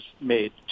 made